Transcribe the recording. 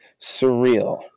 surreal